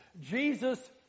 Jesus